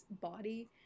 body